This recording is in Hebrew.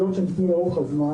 לאורך הזמן,